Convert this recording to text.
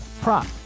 prop